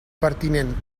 pertinent